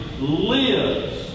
lives